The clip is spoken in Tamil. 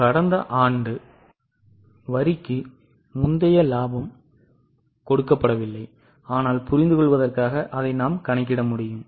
கடந்த ஆண்டு வரிக்கு முந்தைய லாபம் கொடுக்கப்படவில்லை ஆனால் புரிந்து கொள்வதற்காக அதை நாம் கணக்கிட முடியும்